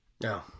no